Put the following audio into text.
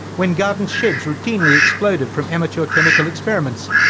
when garden sheds routinely exploded from amateur chemical experiments,